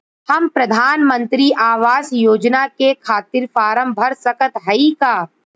हम प्रधान मंत्री आवास योजना के खातिर फारम भर सकत हयी का?